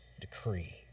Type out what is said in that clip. decree